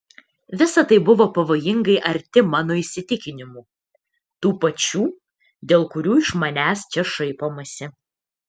visa tai buvo pavojingai arti mano įsitikinimų tų pačių dėl kurių iš manęs čia šaipomasi